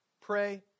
Pray